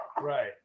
Right